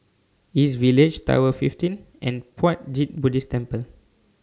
East Village Tower fifteen and Puat Jit Buddhist Temple